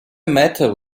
matter